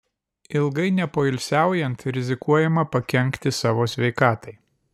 ilgai nepoilsiaujant rizikuojama pakenkti savo sveikatai